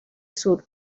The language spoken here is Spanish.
sur